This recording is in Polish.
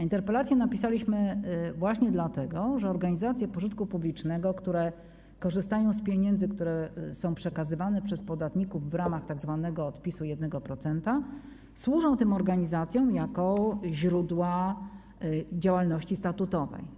Interpelację napisaliśmy właśnie dlatego, że organizacje pożytku publicznego, które korzystają z pieniędzy, które są przekazywane przez podatników w ramach tzw. odpisu 1%, służą tym organizacjom jako źródło finansowania działalności statutowej.